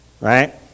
Right